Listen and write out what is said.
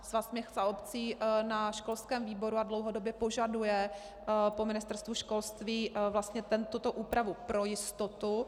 Svaz měst a obcí na školském výboru dlouhodobě požaduje po Ministerstvu školství vlastně tuto úpravu pro jistotu.